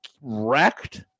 wrecked